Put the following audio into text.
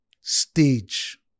Stage